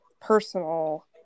personal